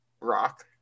Rock